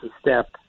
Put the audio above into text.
step